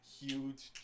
huge